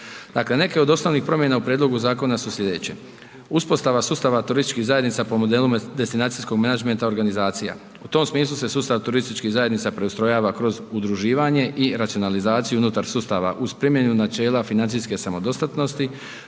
Dakle, neke od osnovnih promjena u prijedlogu zakona su sljedeće. Uspostava sustava turističkih zajednica po modelu destinacijskog menadžmenta organizacija. U tom smislu se sustav turističkih zajednica preustrojava kroz udruživanje i racionalizaciju unutar sustava uz primjenu načela financijske samodostatnosti